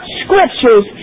scriptures